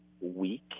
week